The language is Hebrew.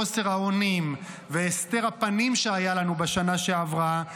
חוסר האונים והסתר הפנים שהיה לנו בשנה שעברה,